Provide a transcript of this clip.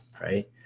right